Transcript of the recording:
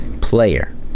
Player